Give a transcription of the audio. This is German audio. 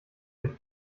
den